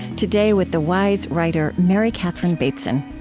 today, with the wise writer mary catherine bateson.